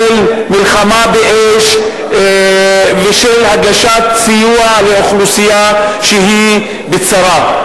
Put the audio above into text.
של מלחמה באש ושל הגשת סיוע לאוכלוסייה שהיא בצרה?